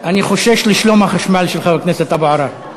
אני חושש לשלום החשמל של חבר הכנסת אבו עראר.